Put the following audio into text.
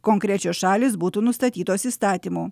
konkrečios šalys būtų nustatytos įstatymu